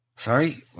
Sorry